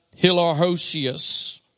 Hilarhosius